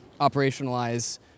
operationalize